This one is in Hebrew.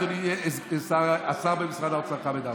אדוני השר במשרד האוצר חמד עמאר.